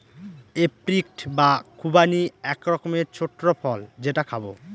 apricot বা খুবানি এক রকমের ছোট্ট ফল যেটা খাবো